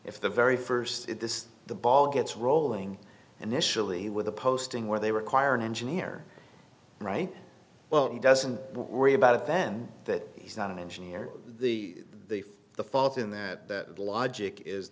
if the very first the ball gets rolling and initially with a posting where they require an engineer right well he doesn't worry about it then that he's not an engineer the the fault in that that logic is